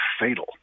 fatal